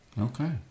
Okay